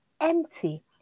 empty